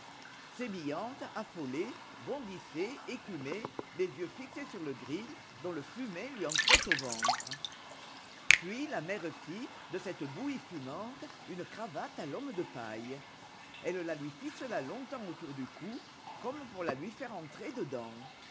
sémillante affolée bondissait écumait les yeux fixés sur le gril dont le fumet lui entrait au ventre puis la mère fit de cette bouillie fumante une cravate à l'homme de paille elle la lui ficela longtemps autour du cou comme pour la lui entrer dedans